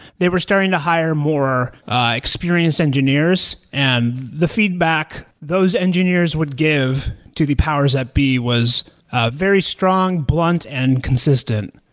they were starting to hire more experienced engineers, and the feedback those engineers would give to the powers at be was ah very strong, blunt and consistent.